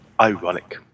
ironic